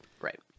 Right